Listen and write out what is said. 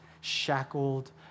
shackled